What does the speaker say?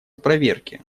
проверке